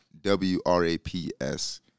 W-R-A-P-S